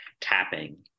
tapping